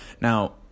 Now